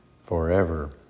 forever